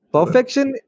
Perfection